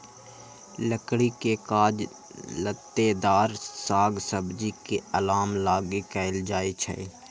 लकड़ी के काज लत्तेदार साग सब्जी के अलाम लागी कएल जाइ छइ